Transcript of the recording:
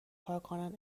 کارکنان